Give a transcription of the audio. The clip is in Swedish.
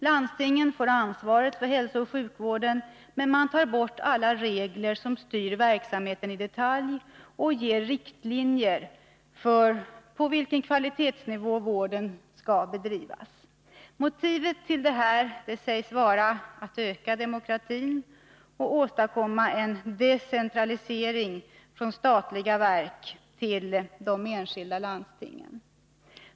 Landstingen får ansvaret för hälsooch sjukvården, men man tar bort alla regler som styr verksamheten i detalj och ger riktlinjer för på vilken kvalitetsnivå vården skall bedrivas: Motivet sägs vara att man vill utöka demokratin och åstadkomma en decentralisering från statliga verk till de enskilda landstingen.